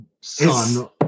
son